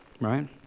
Right